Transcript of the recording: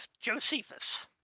Josephus